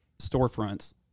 storefronts